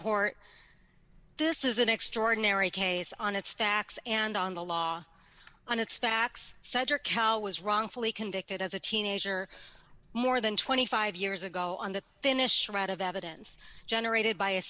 court this is an extraordinary case on its facts and on the law and its facts said your cow was wrongfully convicted as a teenager more than twenty five years ago on the finnish shred of evidence generated by a